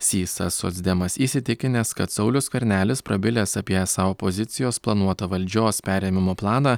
sysas socdemas įsitikinęs kad saulius skvernelis prabilęs apie esą opozicijos planuotą valdžios perėmimo planą